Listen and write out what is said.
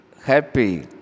happy